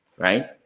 right